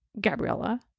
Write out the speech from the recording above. Gabriella